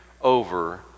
over